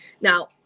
Now